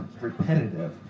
repetitive